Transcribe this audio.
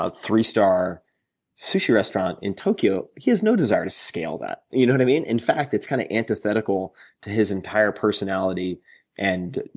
ah three star sushi restaurant in tokyo. he has no desire to scale that, you know what i mean? in fact it's kind of antithetical to his entire personality and